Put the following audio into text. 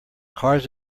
cars